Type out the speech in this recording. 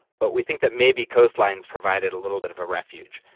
but we think that maybe coastlines provided a little bit of a refuge.